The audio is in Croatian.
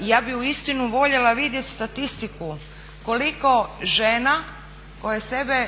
Ja bi uistinu voljela vidjet statistiku koliko žena koje sebe,